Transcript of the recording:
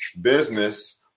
business